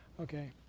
Okay